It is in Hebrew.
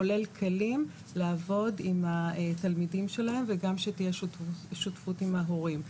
כולל כלים לעבוד עם התלמידים שלהם וגם שתהיה שותפות עם ההורים.